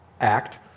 act